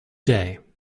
day